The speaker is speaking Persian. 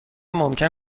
ممکن